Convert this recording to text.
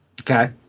Okay